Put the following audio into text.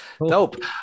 nope